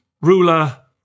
ruler